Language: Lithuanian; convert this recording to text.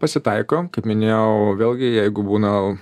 pasitaiko kaip minėjau vėlgi jeigu būna